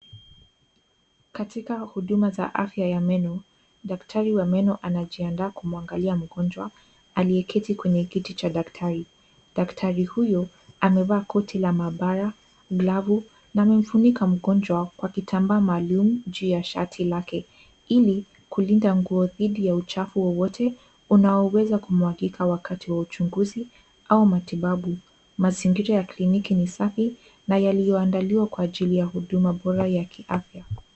Katika huduma za afya ya meno, daktari wa meno anajiandaa kumwangalia mgonjwa aliyeketi kwenye kiti cha daktari. Daktari huyu amevaa koti la maabara, glavu na amemfunika mgonjwa kwa kitambaa maalum juu ya shati lake ili kulinda nguo dhidi ya uchafu wowote unaoweza kumwagika wakati wa uchunguzi au matibabu. Mazingira ya kliniki ni safi na yaliyoandaliwa kwa ajili ya huduma bora ya kiafya.